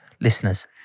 listeners